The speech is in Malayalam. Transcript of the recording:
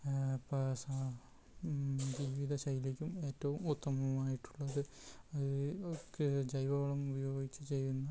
ജീവിത ശൈലിക്കും ഏറ്റവും ഉത്തമമായിട്ടുള്ളത് ജൈവവളം ഉപയോഗിച്ച് ചെയ്യുന്ന